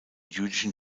jüdischen